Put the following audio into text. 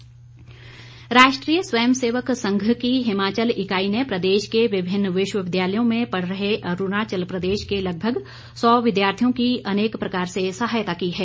स्वयंसेवक Sangh Rashtriya Swayamsevak Sangh की हिमाचल इकाई ने प्रदेश के विभिन्न विश्वविद्यालयों में पढ़ रहे अरूणाचल प्रदेश के लगभग सौ विद्यार्थियों की अनेक प्रकार से सहायता की है